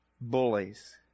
bullies